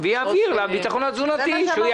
ויעביר לביטחון התזונתי.